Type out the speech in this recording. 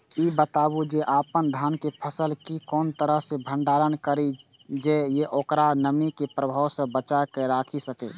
ई बताऊ जे अपन धान के फसल केय कोन तरह सं भंडारण करि जेय सं ओकरा नमी के प्रभाव सं बचा कय राखि सकी?